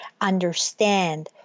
understand